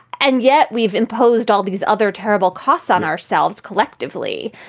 and yet we've imposed all these other terrible costs on ourselves collectively.